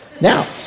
Now